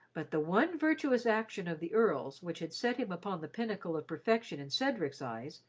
but the one virtuous action of the earl's which had set him upon the pinnacle of perfection in cedric's eyes,